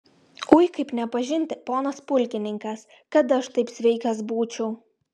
ui kaip nepažinti ponas pulkininkas kad aš taip sveikas būčiau